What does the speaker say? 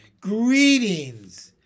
Greetings